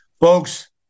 Folks